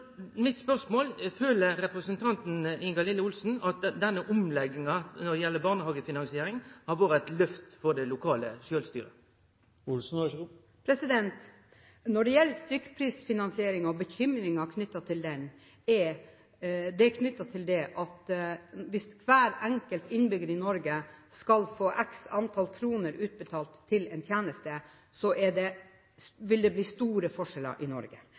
mitt er: Føler representanten Ingalill Olsen at denne omlegginga når det gjeld barnehagefinansieringa, har vore eit lyft for det lokale sjølvstyret? Når det gjelder stykkprisfinansiering og bekymringer knyttet til det, går det på at hvis hver enkelt innbygger i Norge skal få x antall kroner utbetalt til en tjeneste, vil det bli store forskjeller i Norge.